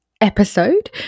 episode